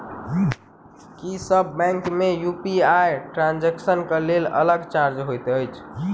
की सब बैंक मे UPI transaction केँ लेल अलग चार्ज होइत अछि?